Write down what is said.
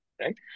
right